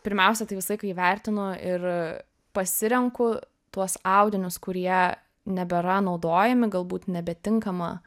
pirmiausia tai visą laiką įvertinu ir pasirenku tuos audinius kurie nebėra naudojami galbūt nebetinkama